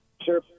Sure